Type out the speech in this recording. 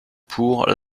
pour